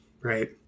right